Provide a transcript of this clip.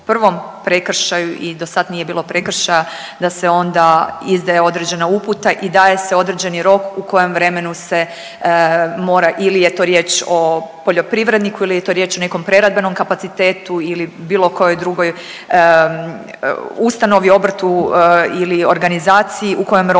prvom prekršaju i dosada nije bilo prekršaja da se onda izdaje određena uputa i daje se određeni rok u kojem vremenu se mora ili je to riječ o poljoprivredniku ili je to riječ o nekom preradbenom kapacitetu ili bilo kojoj drugoj ustanovi, obrtu ili organizaciji u kojem roku